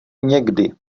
někdy